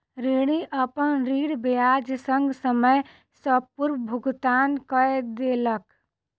ऋणी, अपन ऋण ब्याज संग, समय सॅ पूर्व भुगतान कय देलक